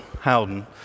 Howden